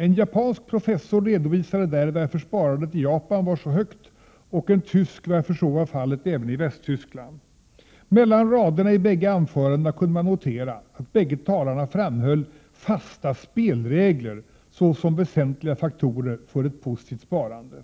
En japansk professor redovisade där varför sparandet i Japan var så högt och en tysk varför så var fallet även i Västtyskland. Mellan raderna i bägge anförandena kunde man notera att bägge talarna framhöll fasta spelregler såsom väsentliga faktorer för ett positivt sparande.